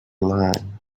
line